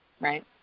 right